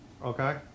Okay